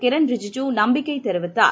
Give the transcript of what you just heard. கிரண்ரிஜிஜுநம்பிக்கை தெரிவித்தார்